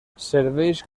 serveix